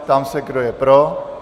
Ptám se, kdo je pro?